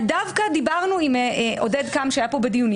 דווקא דיברנו עם עודד קם כשהוא היה כאן בדיונים